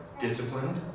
disciplined